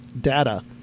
Data